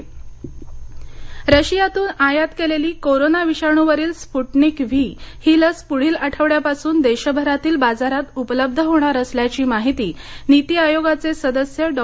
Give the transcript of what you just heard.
Sputnik V रशियातून आयात केलेली कोरोना विषाणूवरील स्पूटनिक व्ही ही लस पूढील आठवड्यापासून देशभरातील बाजारांत उपलब्ध होणार असल्याची माहिती नीती आयोगाचे सदस्य डॉ